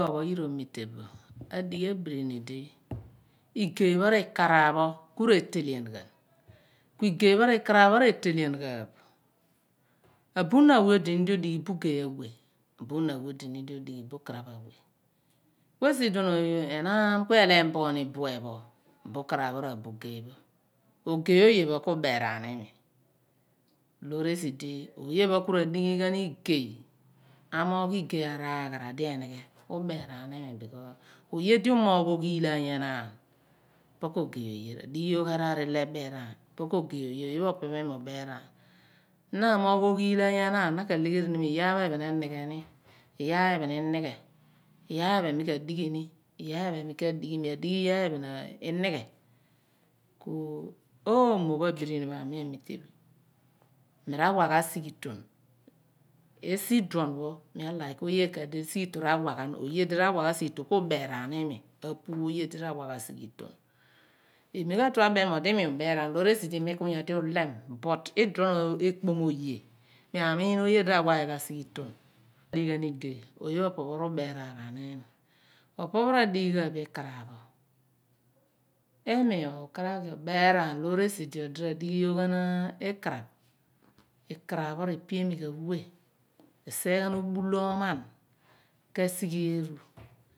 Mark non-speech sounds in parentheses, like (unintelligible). (unintelligible) pa pho yiro metebo a dighi igeypho kraph pho ku re teliaghan ku igeypho re krapho re telianghabo booni weh odinigi bu gey a wey buuni onighi buuni odighi buu kraph a wey so enaan ku elimboni buu gey pho ra buu krapho ogeyoyepho ku beraan imi loore sidi oye pho ku ra dighi ghani igey amoogh igey a raaghara de nighe oyedi umoogh oghilaan po ko gey oye dighi yoghan rarar eleberaan po ko gey oye oye phopopho ammogh oghilaan enaan iyaphe phen eni gheni iyaphen inighen iyaphe phen mika lighinii iyaphe phen mika dighi iyaphephen inighe omopho abirini mi mitebo mi rawa sighiton esi dion pho mi like oye di sighiton rawaghan oye di rawaghan sighiton bku beraanimi ka pu oye di rawaghan sighiton mi katue alogh you di dien loro sidi mikuyondi ulem kui ikraph re piami oghan wey resighe ghan obu lamen kesighe ghan obu laman kesighe ghan obula man kesighe eru